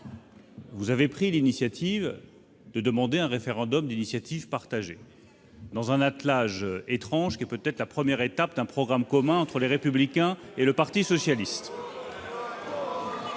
Vous avez pris l'initiative de demander un référendum d'initiative partagée, dans un attelage étrange qui est peut-être la première étape d'un programme commun entre Les Républicains et le parti socialiste.